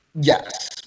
Yes